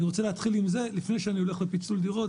אני רוצה להתחיל עם זה לפני שאני הולך לפיצול דירות,